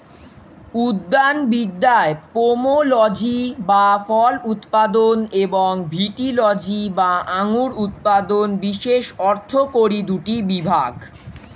উদ্যানবিদ্যায় পোমোলজি বা ফল উৎপাদন এবং ভিটিলজি বা আঙুর উৎপাদন বিশেষ অর্থকরী দুটি বিভাগ